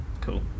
cool